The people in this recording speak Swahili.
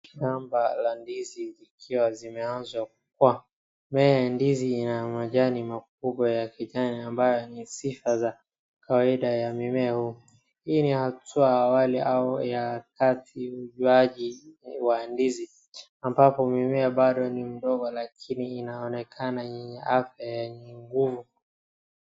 Gomba la ndizi zikiwa zimeanza kukua, mimea ya ndizi ina majani makubwa ya kijani ambayo ni sifa za kawaisd ya mimea, hii ni hatua ya awali au wakati wa uzaaji wa ndizi ambapo mimea bado ni ndogo lakini inaonekana yenye afya yenye nguvu.